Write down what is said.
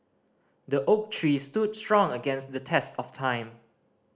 the oak tree stood strong against the test of time